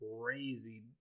crazy